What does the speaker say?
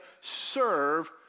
serve